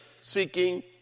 seeking